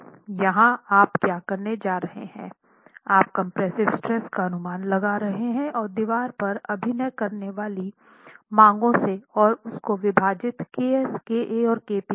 यहाँ आप क्या करने जा रहे हैं आप कंप्रेसिव स्ट्रेस का अनुमान लगा रहे हैं और दीवार पर अभिनय करने वाली मांगों से और उसको विभाजित ks ka और kp से करें